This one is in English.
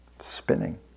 spinning